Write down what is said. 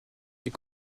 des